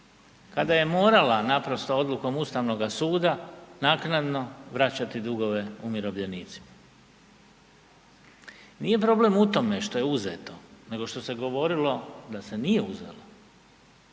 kada je morala naprosto odlukom Ustavnoga suda naknadno vraćati dugove umirovljenicima. Nije problem u tome što je uzeto nego što se govorilo da se nije uzelo,